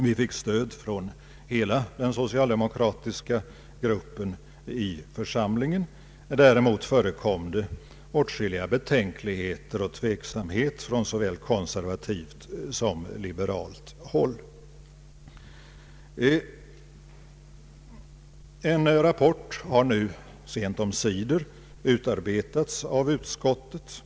Vi fick stöd från hela den socialdemokratiska gruppen i församlingen. Däremot förekom det åtskilliga betänkligheter och åtskillig tveksamhet från såväl konservativt som liberalt håll. En rapport har nu sent omsider utarbetats av utskottet.